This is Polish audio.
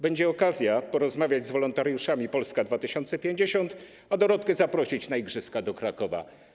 Będzie okazja, żeby porozmawiać z wolontariuszami z Polski 2050, a Dorotkę zaprosić na igrzyska do Krakowa.